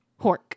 Hork